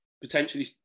potentially